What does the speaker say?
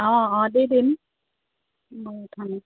অঁ অঁ দি দিম